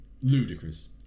ludicrous